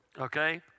okay